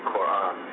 Quran